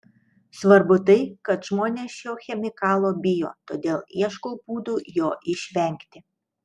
svarbu tai kad žmonės šio chemikalo bijo todėl ieško būdų jo išvengti